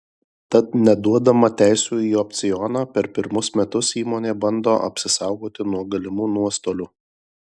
tad neduodama teisių į opcioną per pirmus metus įmonė bando apsisaugoti nuo galimų nuostolių